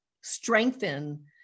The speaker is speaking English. strengthen